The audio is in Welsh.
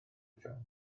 jones